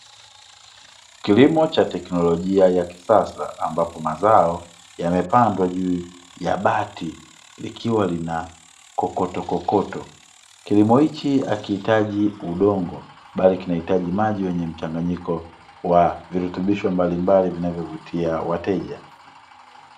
Kilimo cha teknolojia ya kisasa ,ambapo mazao yamepandwa juu ya bati ,ikiwa lina kokoto kokoto ,kilimo hichi hakiitaji udongo bali kinahitaji maji yenye mchanganyiko wa virutubisho mbalimbali vinavovutia wateja.